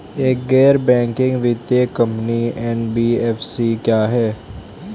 एक गैर बैंकिंग वित्तीय कंपनी एन.बी.एफ.सी क्या है?